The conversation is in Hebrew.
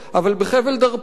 אבל בחבל דארפור,